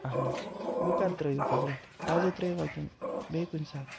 اہن حظ وٕ کَر ترٛٲیِو حضرت آزے ترٛٲیِو وَکِنۍ بیٚیہِ کُنہِ ساتہٕ